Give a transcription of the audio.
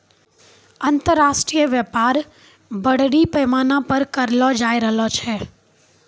अन्तर्राष्ट्रिय व्यापार बरड़ी पैमाना पर करलो जाय रहलो छै